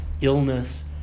illness